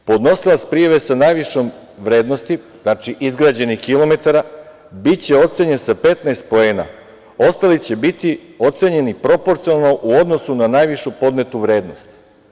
Podnosilac prijave sa najvišom vrednosti, izgrađenih kilometara, biće ocenjen sa 15 poena, ostali će biti ocenjeni proporcionalno u odnosu na najvišu podnetu vrednost"